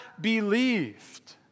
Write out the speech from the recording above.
believed